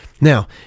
Now